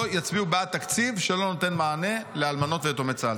יצביעו בעד תקציב שלא נותן מענה לאלמנות וליתומי צה"ל.